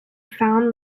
found